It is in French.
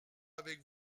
avec